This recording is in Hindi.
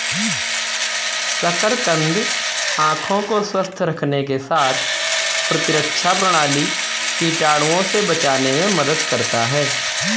शकरकंद आंखों को स्वस्थ रखने के साथ प्रतिरक्षा प्रणाली, कीटाणुओं से बचाने में मदद करता है